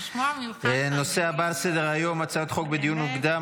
לשמוע ממך --- הנושא הבא על סדר-היום: הצעות חוק בדיון מוקדם,